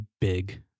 big